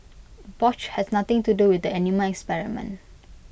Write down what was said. Bosch had nothing to do with the animal experiments